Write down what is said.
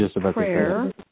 prayer